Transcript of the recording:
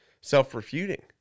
self-refuting